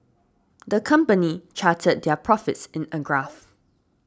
the company charted their profits in a graph